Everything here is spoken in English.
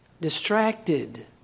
distracted